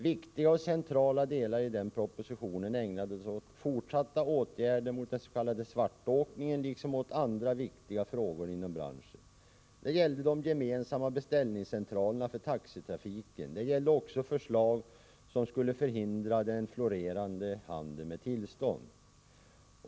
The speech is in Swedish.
Viktiga och centrala delar i propositionen ägnades åt fortsatta åtgärder mot den s.k. svartåkningen liksom åt andra viktiga frågor inom branschen. Det gällde de gemensamma beställningscentralerna för taxitrafiken. Det gällde också förslag som skulle förhindra den florerande handeln med tillstånd.